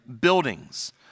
buildings